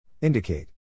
Indicate